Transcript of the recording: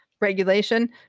regulation